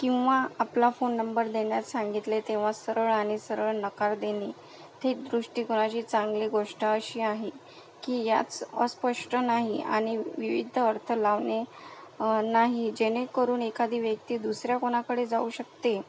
किंवा आपला phone number देण्यास सांगितले तेव्हा सरळ आणि सरळ नकार देणे ती दृष्टीकोनाची चांगली गोष्ट अशी आहे की याच अस्पष्ट नाही आणि विविध अर्थ लावणे नाही जेणेकरून एखादी व्यक्ती दुसऱ्या कोणाकडे जाऊ शकते